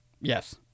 Yes